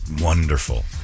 wonderful